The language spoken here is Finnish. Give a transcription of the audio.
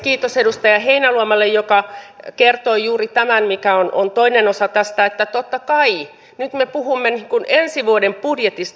kiitos edustaja heinäluomalle joka kertoi juuri tämän mikä on toinen osa tästä että totta kai me nyt puhumme ensi vuoden budjetista